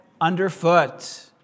underfoot